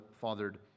fathered